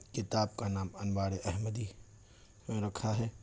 کتاب کا نام انوارِ احمدی رکھا ہے